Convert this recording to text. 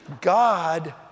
God